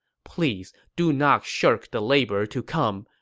please do not shirk the labor to come.